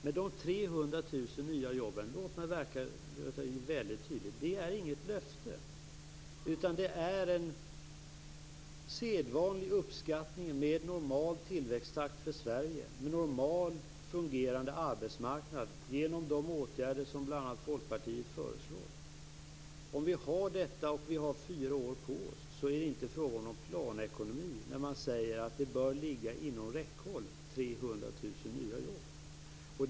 Men låt mig väldigt tydligt säga att de 300 000 nya jobben är inget löfte, utan det är en sedvanlig uppskattning med en normal tillväxttakt för Sverige och med en normalt fungerande arbetsmarknad genom de åtgärder som bl.a. Folkpartiet föreslår. Om vi har detta och vi har fyra år på oss är det inte fråga om någon planekonomi när man säger att 300 000 nya jobb bör ligga inom räckhåll.